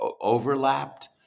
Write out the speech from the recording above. overlapped